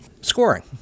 Scoring